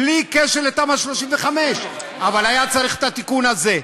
בלי קשר לתמ"א 35. אבל היה צריך את התיקון הזה.